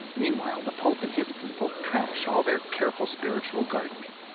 meanwhile, the pope and his people trash all their careful spiritual gardening.